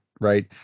right